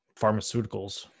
pharmaceuticals